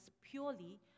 purely